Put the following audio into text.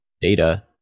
data